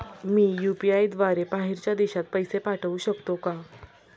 मी UPI द्वारे बाहेरच्या देशात पैसे पाठवू शकतो का?